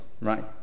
right